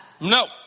No